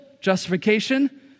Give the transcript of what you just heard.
justification